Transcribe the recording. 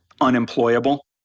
unemployable